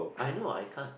I know I can't